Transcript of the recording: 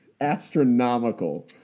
astronomical